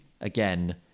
again